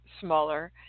smaller